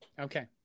Okay